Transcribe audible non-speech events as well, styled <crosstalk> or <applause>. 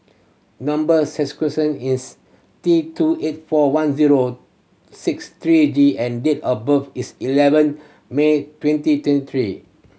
number <unintelligible> is T two eight four one zero six three G and date of birth is eleven May twenty twenty three